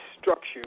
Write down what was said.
structure